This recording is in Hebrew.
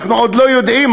אנחנו עוד לא יודעים,